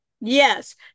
Yes